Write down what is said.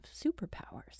superpowers